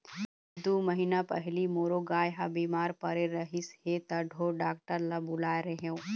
दू महीना पहिली मोरो गाय ह बिमार परे रहिस हे त ढोर डॉक्टर ल बुलाए रेहेंव